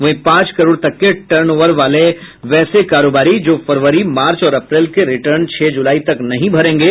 वहीं पांच करोड़ तक के टर्नओवर वाले वैसे कारोबारी जो फरवरी मार्च और अप्रैल के रिटर्न छह जुलाई तक नहीं भरेंगे